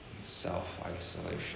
Self-isolation